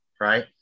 right